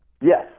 Yes